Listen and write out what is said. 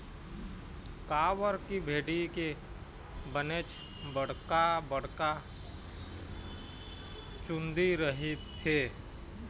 काबर की भेड़ी के बनेच बड़का बड़का चुंदी रहिथे